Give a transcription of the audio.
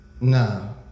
No